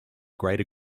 greater